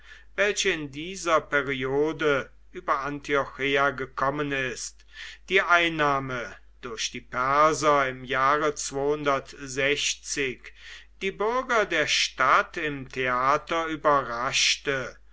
welche in dieser periode über antiocheia gekommen ist die einnahme durch die perser im jahre die bürger der stadt im theater überraschte